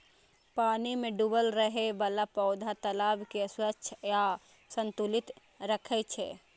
पानि मे डूबल रहै बला पौधा तालाब कें स्वच्छ आ संतुलित राखै छै